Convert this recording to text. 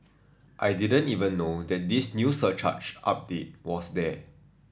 I didn't even know that this new surcharge update was there